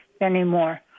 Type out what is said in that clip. anymore